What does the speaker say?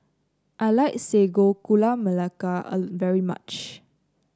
I like Sago Gula Melaka very much